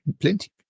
plenty